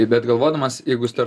bet galvodamas jeigu star